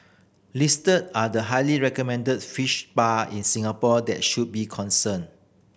listed are the highly recommended fish spa in Singapore that should be concerned